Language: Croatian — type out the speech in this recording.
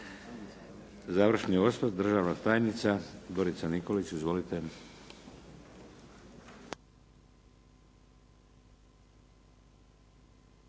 Završni osvrt, državna tajnica Dorica Nikolić. Izvolite.